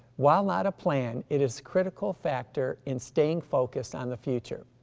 while not a plan, it is critical factor in staying focused on the future.